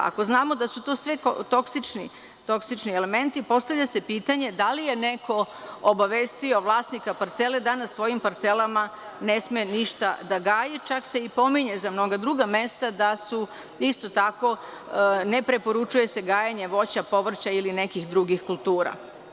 Ako znamo da su to sve toksični elementi, postavlja se pitanje da li je neko obavestio vlasnika parcele da na svojim parcelama ne sme ništa da gaji, čak se i pominje za mnoga druga mesta da su isto tako ne preporučuje se gajenje voća, povrća ili nekih drugih kultura.